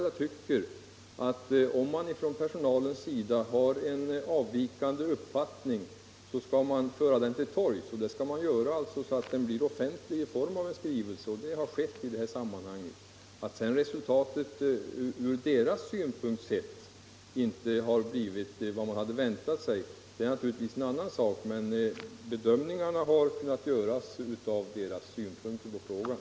Jag tyckte nämligen att personalen, om den hade en avvikande uppfattning, skulle meddela detta i form av en offentlig skrivelse till hälsovårdsnämnden, och det är det som har skett i detta sammanhang. Att sedan resultatet från personalens synpunkt inte blivit vad man hade väntat sig är en annan sak, men bedömningarna har kunnat göras med tillgång till deras synpunkter på frågan.